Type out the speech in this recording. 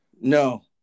No